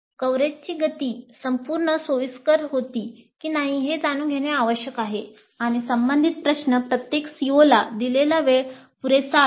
कव्हरेजची गती संपूर्ण सोयीस्कर होती की नाही हे जाणून घेणे आवश्यक आहे आणि संबंधित प्रश्न प्रत्येक COला दिलेला वेळ पुरेसा आहे